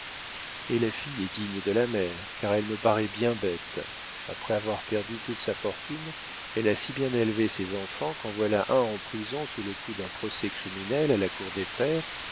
et la fille est digne de la mère car elle me paraît bien bête après avoir perdu toute sa fortune elle a si bien élevé ses enfants qu'en voilà un en prison sous le coup d'un procès criminel à la cour des pairs